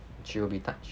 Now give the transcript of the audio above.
she will be touched